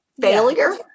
failure